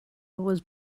was